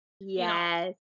Yes